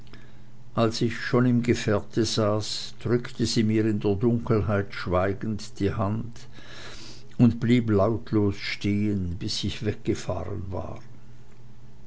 als ich schon im gefährte saß drückte sie mir in der dunkelheit schweigend die hand und blieb lautlos stehen bis ich weggefahren war